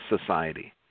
society